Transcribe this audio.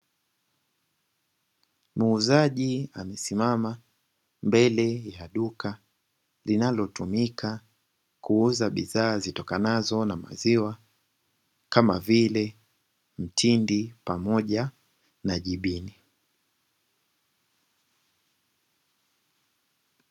Muuzaji amesimama mbele ya duka, linalotumika kuuza bidhaa zitokanazo na maziwa kama vile mtindi na jibini.